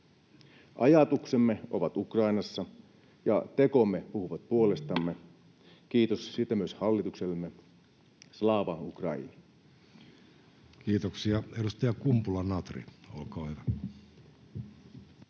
Ajatuksemme ovat Ukrainassa ja tekomme puhuvat puolestamme, kiitos siitä myös hallituksellemme. Slava Ukraini! Kiitoksia! — Edustaja Kumpula-Natri, olkaa hyvä.